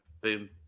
Boom